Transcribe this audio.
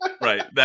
right